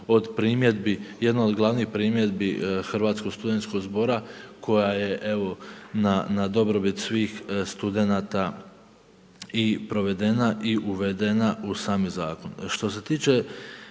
od primjedbi, jedna od glavnih primjedbi Hrvatskog studentskog zbora koja je evo na dobrobit svih studenata i provedena i uvedena u sami zakon. Što se tiče